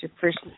first